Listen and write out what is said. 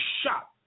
shot